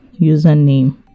username